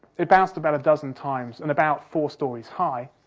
it bounced about a dozen times, and about four storeys high.